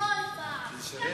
למה כל פעם אתה שונא,